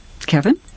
Kevin